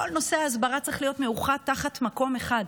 כל נושא ההסברה צריך להיות מאוחד תחת מקום אחד.